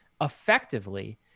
effectively